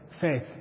Faith